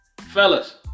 Fellas